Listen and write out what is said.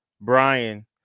brian